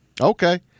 Okay